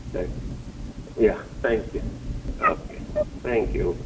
हय या thank you okay thank you